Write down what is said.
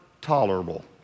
tolerable